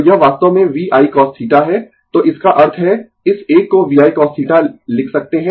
तो यह वास्तव में V Icos θ है तो इसका अर्थ है इस एक को V Icos θ लिख सकते है